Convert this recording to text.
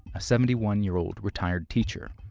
a seventy one year old retired teacher,